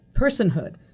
personhood